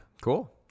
Cool